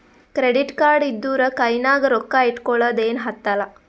credit card ಇದ್ದೂರ ಕೈನಾಗ್ ರೊಕ್ಕಾ ಇಟ್ಗೊಳದ ಏನ್ ಹತ್ತಲಾ